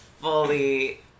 fully